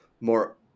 more